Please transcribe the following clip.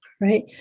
right